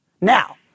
Now